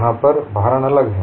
यहां पर भारण अलग है